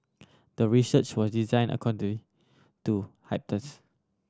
the research was design to